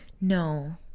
no